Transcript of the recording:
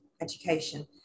education